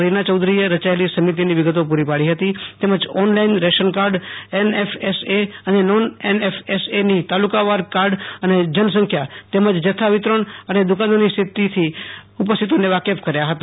રીના ચૌધરીએ ર યાયેલી સમિતિની વિગતો પૂ રી પાડી હતી તેમજ ઓનલાઇન રેશનકાર્ડ એનએફએસએ અને નોન એનએફએસએની તાલુકાવાર કાર્ડ અને જન સંખ્યા તેમજ જથ્થા વિતરણ અને દુકાનોની સ્થિતિની ઉપસ્થિતિને વાકેફ કર્યા હતા